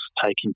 taking